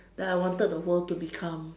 that I wanted the world to become